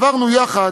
עברנו יחד,